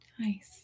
nice